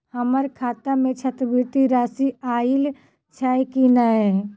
हम्मर खाता मे छात्रवृति राशि आइल छैय की नै?